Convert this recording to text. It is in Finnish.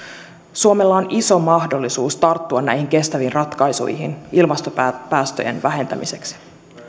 suomella on iso mahdollisuus tarttua näihin kestäviin ratkaisuihin ilmastopäästöjen vähentämiseksi